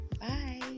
Bye